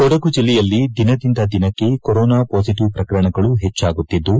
ಕೊಡಗು ಜಲ್ಲೆಯಲ್ಲಿ ದಿನದಿಂದ ದಿನಕ್ಕೆ ಕೊರೊನಾ ಪಾಸಿಟವ್ ಪ್ರಕರಣಗಳು ಹೆಚ್ಚಾಗುತ್ತಿದ್ದು